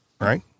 Right